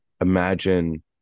imagine